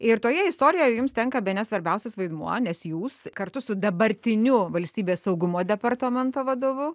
ir toje istorijoje jums tenka bene svarbiausias vaidmuo nes jūs kartu su dabartiniu valstybės saugumo departamento vadovu